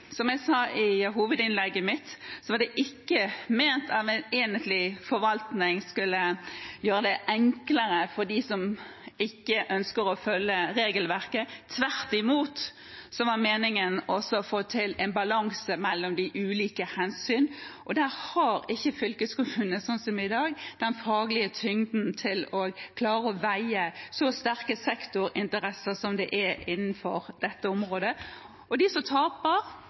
Som jeg sa i hovedinnlegget mitt, var det ikke meningen at en enhetlig forvaltning skulle gjøre det enklere for dem som ikke ønsker å følge regelverket. Tvert imot var meningen å få til en balanse mellom de ulike hensynene. Der har ikke fylkeskommunene, slik det er i dag, den faglige tyngden til å klare å avveie så sterke sektorinteresser som det er innenfor dette området. Og de som taper,